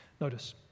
Notice